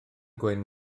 gwyn